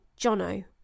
Jono